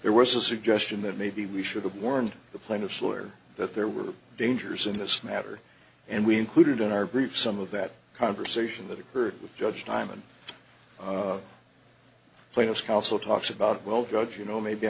there was a suggestion that maybe we should have warned the plaintiff's lawyer that there were dangers in this matter and we included in our brief some of that conversation that occurred with judge time and plaintiff counsel talks about well judge you know maybe